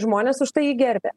žmonės už tai jį gerbia